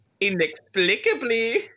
Inexplicably